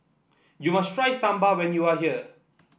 you must try Sambar when you are here